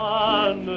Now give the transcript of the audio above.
one